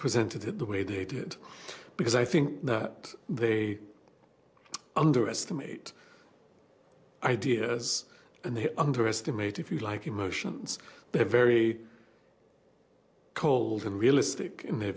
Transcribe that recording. presented it the way they did because i think that they underestimate ideas and they underestimate if you like emotions that are very cold unrealistic in their